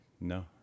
No